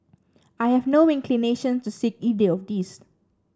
I have no inclination to seek either of these